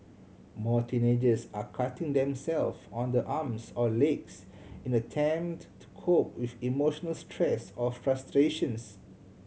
more teenagers are cutting them self on the arms or legs in an attempt to cope with emotional stress or frustrations